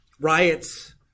riots